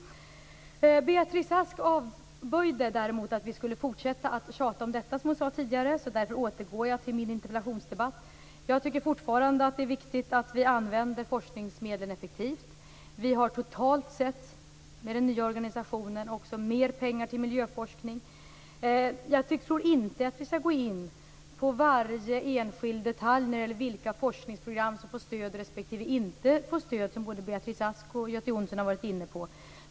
Beatrice Ask avböjde att vi skulle fortsätta att tjata om detta, som hon sade tidigare. Därför återgår jag till min interpellationsdebatt. Jag tycker fortfarande att det är viktigt att vi använder forskningsmedlen effektivt. Totalt sett, med den nya organisationen, har vi mer pengar till miljöforskning. Jag tror inte att vi skall gå in på varje enskild detalj när det gäller vilka forskningsprogram som får stöd respektive inte får stöd, vilket både Beatrice Ask och Göte Jonsson har varit inne på.